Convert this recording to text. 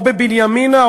או בבנימינה,